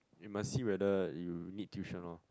you must see whether you need tuition lor